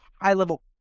high-level